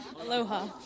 aloha